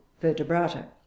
vertebrata